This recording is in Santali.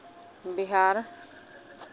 ᱵᱤᱦᱟᱨ